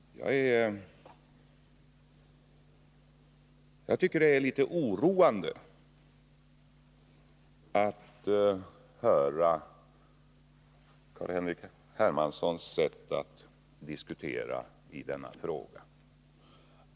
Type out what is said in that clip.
Jag tycker det är litet oroande att höra hur Carl-Henrik Hermansson diskuterar i denna fråga.